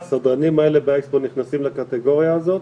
הסדרנים האלה לא נכנסים לקטגוריה הזאת?